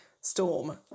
storm